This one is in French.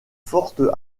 forte